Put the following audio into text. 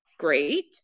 great